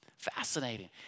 fascinating